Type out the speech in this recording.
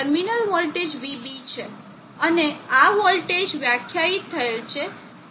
terminal voltage vB છે અને આ વોલ્ટેજ વ્યાખ્યાયિત થયેલ છે